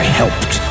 helped